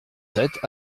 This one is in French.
sept